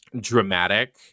dramatic